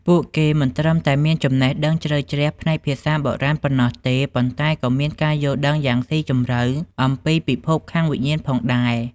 ពួកគេមិនត្រឹមតែមានចំណេះដឹងជ្រៅជ្រះផ្នែកភាសាបុរាណប៉ុណ្ណោះទេ ប៉ុន្តែក៏មានការយល់ដឹងយ៉ាងស៊ីជម្រៅអំពីពិភពខាងវិញ្ញាណផងដែរ។